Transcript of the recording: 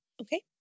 Okay